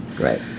Right